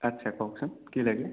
আচ্ছা কওকচোন কি লাগে